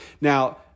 Now